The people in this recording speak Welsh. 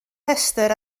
rhestr